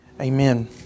Amen